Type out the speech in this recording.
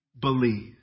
believe